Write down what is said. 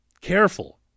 careful